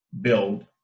build